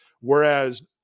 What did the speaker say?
Whereas